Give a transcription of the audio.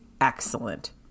excellent